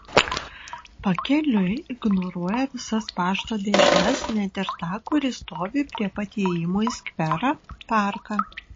pakeliui ignoruoja visas pašto dėžes net ir tą kuri stovi prie pat įėjimo į skverą parką